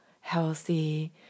healthy